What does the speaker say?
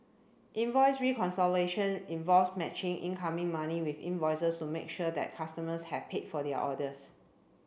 invoice reconciliation involves matching incoming money with invoices to make sure that customers have paid for their orders